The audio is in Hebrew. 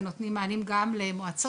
הנותנים מענים גם למועצות,